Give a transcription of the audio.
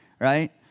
right